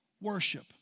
worship